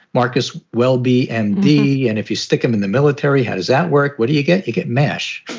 marcus welby. and the. and if you stick him in the military, how does that work? what do you get? you get mash.